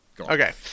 Okay